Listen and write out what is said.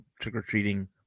trick-or-treating